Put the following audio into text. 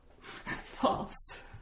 False